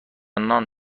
نان